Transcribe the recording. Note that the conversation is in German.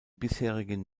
bisherigen